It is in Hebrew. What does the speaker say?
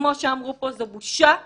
וכמו שאמרו פה, זו בושה וחרפה.